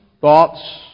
thoughts